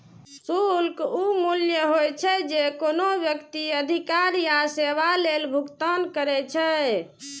शुल्क ऊ मूल्य होइ छै, जे कोनो व्यक्ति अधिकार या सेवा लेल भुगतान करै छै